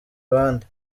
abandi